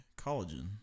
collagen